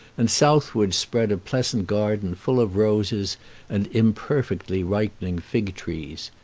and southward spread a pleasant garden full of roses and imperfectly ripening fig-trees.